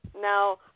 Now